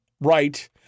right